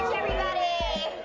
everybody.